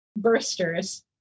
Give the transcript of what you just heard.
bursters